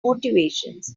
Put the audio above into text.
motivations